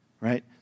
Right